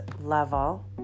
level